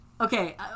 okay